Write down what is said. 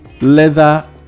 leather